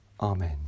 Amen